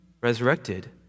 resurrected